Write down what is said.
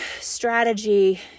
Strategy